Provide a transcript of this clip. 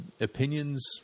opinions